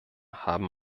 haben